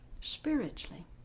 spiritually